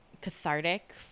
cathartic